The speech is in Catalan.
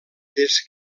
des